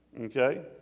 Okay